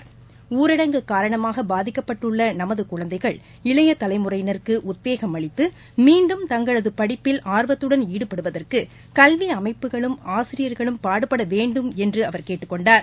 பாதிக்கப்பட்டுள்ள ஊடரங்கு காரணமாக நமது குழந்தைகள் இளைய தலைமுறையினருக்கு உத்வேகம் அளித்து மீண்டும் தங்களது படிப்பில் ஆர்வத்துடன் ஈடுபடுவதற்கு கல்வி அமைப்புகளும் ஆசிரியர்களும் பாடுபட வேண்டும் என்று அவர் கேட்டுக் கொண்டார்